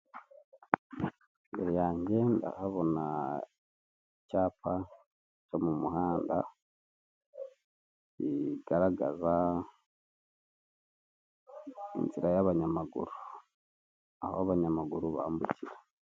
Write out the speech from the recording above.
Imbere yange ndahabona icyapa cyo m'umuhanda kigaragaza inzira y'abanyamaguru aho abanyamaguru bambukira.